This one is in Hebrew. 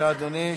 בבקשה, אדוני.